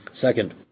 Second